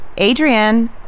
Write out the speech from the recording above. Adrienne